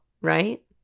right